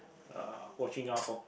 uh watching out for